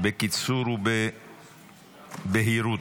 בקיצור ובבהירות.